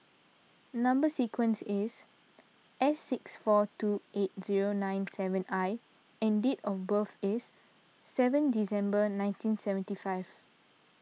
Number Sequence is S six four two eight zero nine seven I and date of birth is seven December ninety seventy five